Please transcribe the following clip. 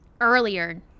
Earlier